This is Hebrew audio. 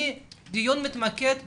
הדיון מתמקד בניהול,